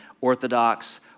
orthodox